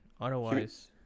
otherwise